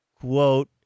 quote